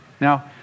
Now